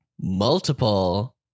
multiple